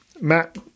Matt